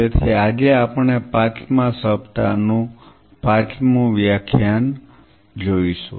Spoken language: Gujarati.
તેથી આજે આપણે પાંચમા સપ્તાહનું પાંચમું વ્યાખ્યાન કરીશું